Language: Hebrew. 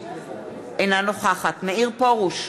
אינה נוכחת מאיר פרוש,